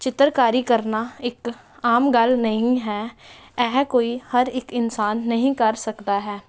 ਚਿੱਤਰਕਾਰੀ ਕਰਨਾ ਇੱਕ ਆਮ ਗੱਲ ਨਹੀਂ ਹੈ ਇਹ ਕੋਈ ਹਰ ਇੱਕ ਇਨਸਾਨ ਨਹੀਂ ਕਰ ਸਕਦਾ ਹੈ